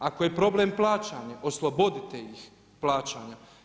Ako je problem plaćanje, oslobodite ih plaćanja.